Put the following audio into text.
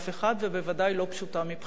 ובוודאי לא פשוטה מבחינתכם.